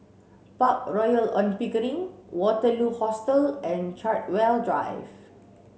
Park Royal On Pickering Waterloo Hostel and Chartwell Drive